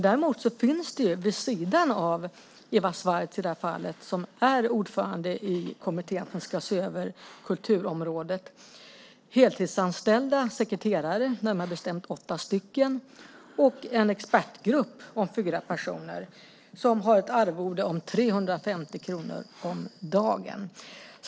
Däremot finns det vid sidan av i det här fallet Eva Swartz, som är ordförande i utredningen som ska se över kulturområdet, heltidsanställda sekreterare, närmare bestämt åtta stycken, och en expertgrupp om fyra personer som har ett arvode om 350 kronor om dagen.